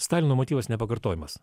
stalino motyvas nepakartojamas